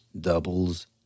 doubles